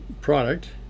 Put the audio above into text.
product